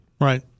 Right